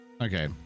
Okay